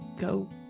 go